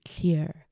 clear